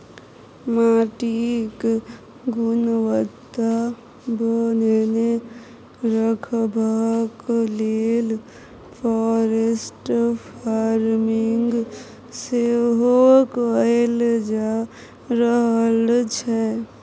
माटिक गुणवत्ता बनेने रखबाक लेल फॉरेस्ट फार्मिंग सेहो कएल जा रहल छै